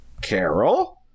Carol